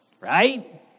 Right